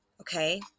Okay